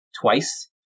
twice